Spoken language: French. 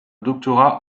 doctorat